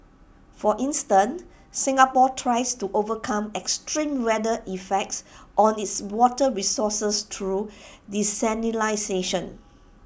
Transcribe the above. for instance Singapore tries to overcome extreme weather effects on its water resources through desalination